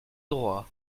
droit